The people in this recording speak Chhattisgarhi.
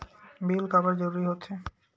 बिल काबर जरूरी होथे?